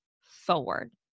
forward